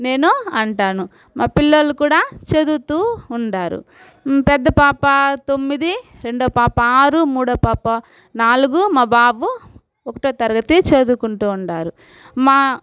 నేను అంటాను మా పిల్లలు కూడా చదువుతూ ఉండారు పెద్ద పాప తొమ్మిది రెండో పాప ఆరు మూడో పాప నాలుగు మా బాబు ఒకటో తరగతి చదువుకుంటూ ఉండారు మా